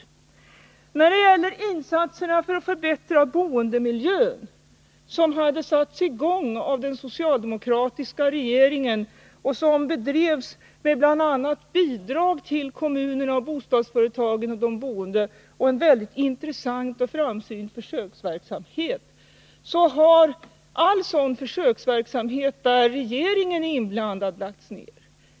När det gäller insatserna för förbättrad boendemiljö, som hade satts i gång av den socialdemokratiska regeringen och som bedrevs med bl.a. bidrag till kommunerna, bostadsföretagen och de boende och en väldigt intressant och framsynt försöksverksamhet, har all sådan försöksverksamhet där regeringen är inblandad lagts ned.